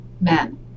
men